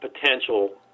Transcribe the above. potential